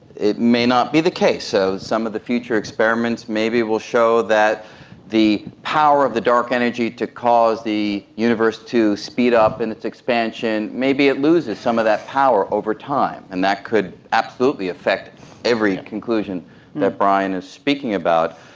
it may not be the case. so some of the future experiments maybe will show that the power of the dark energy to cause the universe to speed up in its expansion, maybe it loses some of that power over time and that could absolutely affected every conclusion that brian is speaking about.